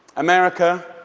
america,